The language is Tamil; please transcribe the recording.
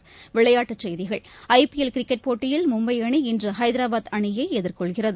கிரிக்கெட் ஐபிஎல் கிரிக்கெட் போட்டியில் மும்பைஅணி இன்றுஐதராபாத் அணியைஎதிர்கொள்கிறது